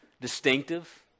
distinctive